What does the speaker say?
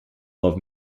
love